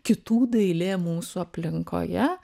kitų dailė mūsų aplinkoje